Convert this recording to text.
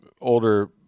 older